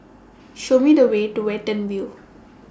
Show Me The Way to Watten View